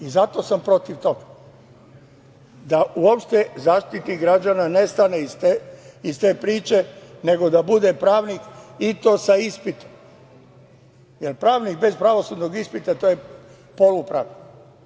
I zato sam protiv toga, da uopšte Zaštitnik građana nestane iz te priče, nego da bude pravnik i to sa ispitom, jer pravnik bez pravosudnog ispita, to je polu pravnik.